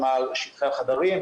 מה שטחי החדרים,